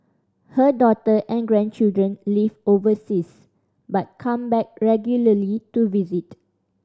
her daughter and grandchildren live overseas but come back regularly to visit